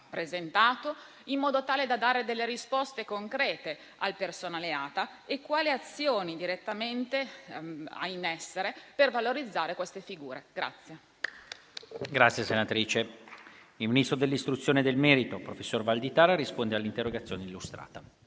decreto, in modo tale da dare delle risposte concrete al personale ATA, e quali azioni ha direttamente posto in essere per valorizzare queste figure.